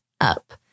up